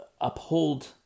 uphold